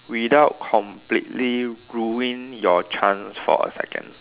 without completely ruining your chance for a second